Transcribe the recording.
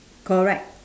correct